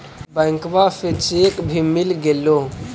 बैंकवा से चेक भी मिलगेलो?